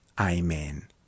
Amen